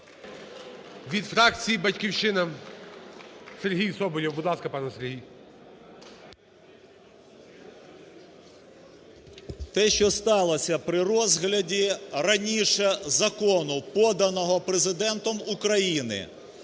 Від фракції "Батьківщина" Сергій Соболєв. Будь ласка, пане Сергію. 17:00:08 СОБОЛЄВ С.В. Те, що сталося при розгляді раніше закону, поданого Президентом України,